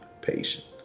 patient